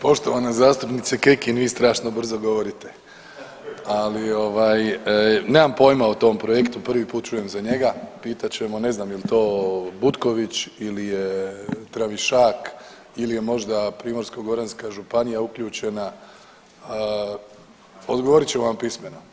Poštovana zastupnice Kekin vi strašno brzo govorite, ali ovaj nemam pojima o tom projektu, prvi put čujem za njega, pitat ćemo, ne znam jel to Butković ili je Tramišak ili je možda Primorsko-goranska županija uključena, odgovorit ćemo vam pismeno.